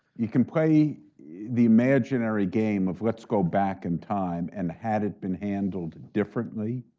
you can play the imaginary game of let's go back in time, and had it been handled differently,